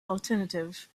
alternative